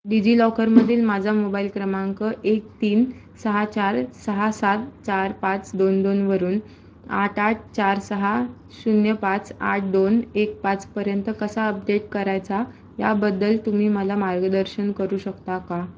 digi लॉकरमधील माझा mobile क्रमांक एक तीन सहा चार सहा सात चार पाच दोन दोनवरून आठ आठ चार सहा शून्य पाच आठ दोन एक पाचपर्यंत कसा अपडेट करायचा याबद्दल तुम्ही मला मार्गदर्शन करू शकता का